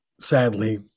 sadly